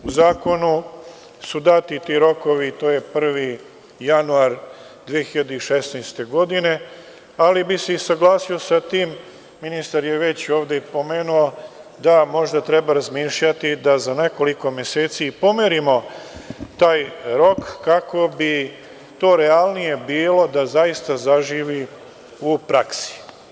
U zakonu su dati ti rokovi i to je 1. januar 2016. godine, ali bih se saglasio i sa tim, ministar je već ovde i pomenuo, da možda treba razmišljati da za nekoliko meseci pomerimo taj rok kako bi to realnije bilo, da zaista zaživi u praksi.